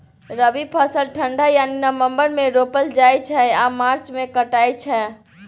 रबी फसल ठंढा यानी नवंबर मे रोपल जाइ छै आ मार्च मे कटाई छै